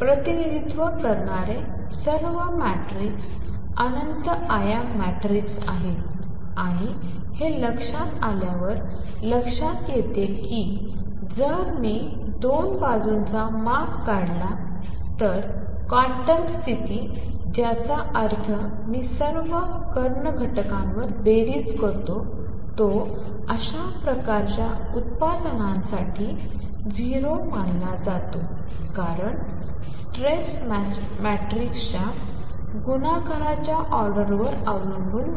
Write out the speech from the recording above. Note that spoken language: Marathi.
प्रतिनिधित्व करणारे सर्व मॅट्रिक्स अनंत आयाम मॅट्रिक्स आहेत आणि हे लक्षात आल्यावर लक्षात येते की जर मी 2 बाजूंचा माग काढला क्वांटम स्थिती ज्याचा अर्थ मी सर्व कर्ण घटकांवर बेरीज करतो तो अशा प्रकारच्या उत्पादनासाठी 0 मानला जातो कारण ट्रेस मॅट्रिसिसच्या गुणाकाराच्या ऑर्डरवर अवलंबून नाही